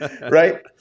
Right